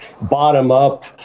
bottom-up